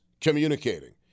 communicating